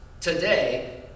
today